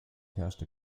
herrschte